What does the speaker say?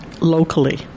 locally